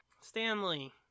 Stanley